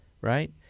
right